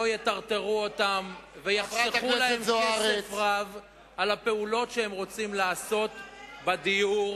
שלא יטרטרו אותם ויחסכו להם כסף רב על הפעולות שהם רוצים לעשות בדיור.